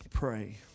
pray